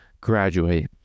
graduate